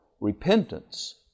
repentance